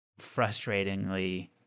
frustratingly